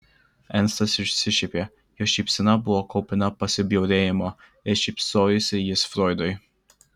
ernstas išsišiepė jo šypsena buvo kupina pasibjaurėjimo ir šypsojosi jis froidui